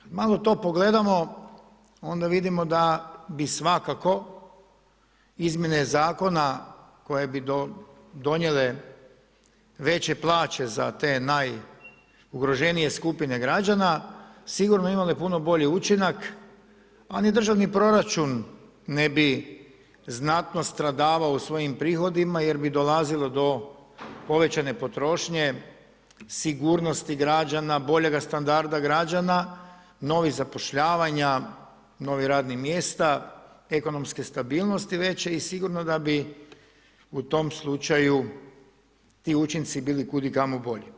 Kad malo to pogledamo onda vidimo da bi svakako izmjene zakona koje bi donijele veće plaće za te najugroženije skupine građana sigurno imale puno bolji učinak, a ni državni proračun ne bi znatno stradavao u svojim prihodima jer bi dolazilo do povećane potrošnje, sigurnosti građana, boljega standarda građana, novih zapošljavanja, novih radnih mjesta, ekonomske stabilnosti veće i sigurno da bi u tom slučaju ti učinci bili kud i kamo bolji.